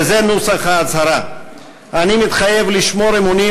וזה נוסח ההצהרה: "אני מתחייב לשמור אמונים